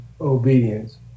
obedience